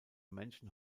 menschen